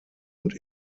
und